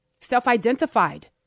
Self-identified